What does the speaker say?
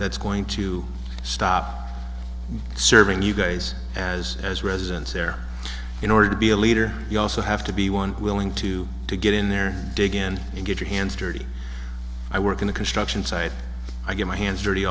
that's going to stop serving you guys as as residents there in order to be a leader you also have to be one willing to to get in there dig in and get your hands dirty i work in a construction site i get my hands dirty